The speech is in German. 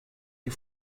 die